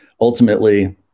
ultimately